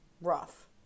rough